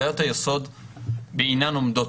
בעיות היסוד בעינן עומדות.